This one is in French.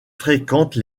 fréquente